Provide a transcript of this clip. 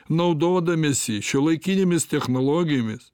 naudodamiesi šiuolaikinėmis technologijomis